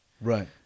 right